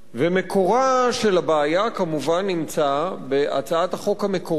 ומקורה של הבעיה כמובן נמצא בהצעת החוק המקורית,